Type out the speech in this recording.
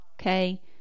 Okay